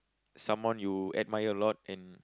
someone you admire a lot and